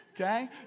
okay